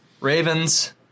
Ravens